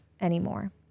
anymore